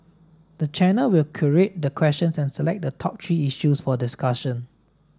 the channel will curate the questions and select the top three issues for discussion